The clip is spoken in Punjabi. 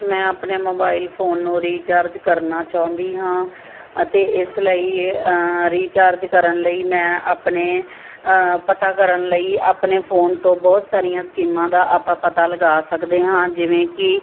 ਮੈਂ ਆਪਣੇ ਮੋਬਾਈਲ ਫੋਨ ਨੂੰ ਰੀਚਾਰਜ ਕਰਨਾ ਚਾਹੁੰਦੀ ਹਾਂ ਅਤੇ ਇਸ ਲਈ ਇਹ ਰੀਚਾਰਜ ਕਰਨ ਲਈ ਮੈਂ ਆਪਣੇ ਪਤਾ ਕਰਨ ਲਈ ਆਪਣੇ ਫੋਨ ਤੋਂ ਬਹੁਤ ਸਾਰੀਆਂ ਸਕੀਮਾਂ ਦਾ ਆਪਾਂ ਪਤਾ ਲਗਾ ਸਕਦੇ ਹਾਂ ਜਿਵੇਂ ਕਿ